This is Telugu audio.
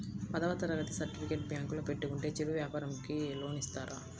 పదవ తరగతి సర్టిఫికేట్ బ్యాంకులో పెట్టుకుంటే చిరు వ్యాపారంకి లోన్ ఇస్తారా?